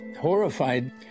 horrified